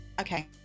Okay